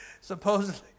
Supposedly